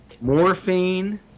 Morphine